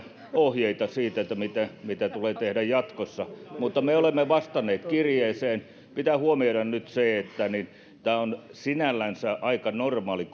ohjeita siitä mitä tulee tehdä jatkossa mutta me olemme vastanneet kirjeeseen pitää huomioida nyt se että tämä on sinänsä aika normaali